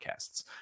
podcasts